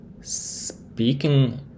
speaking